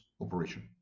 operation